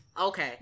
Okay